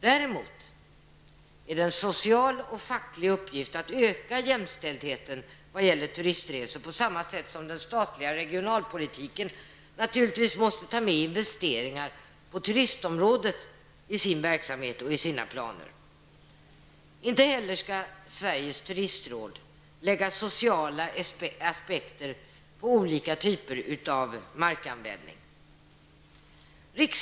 Däremot är det en social och facklig uppgift att öka jämställdheten vad gäller turistresor, på samma sätt som den statliga regionalpolitiken naturligtvis måste ta med investeringar på turistområdet i sin verksamhet och i sina planer. Inte heller skall Sveriges turistråd lägga sociala aspekter på olika typer av markanvändning.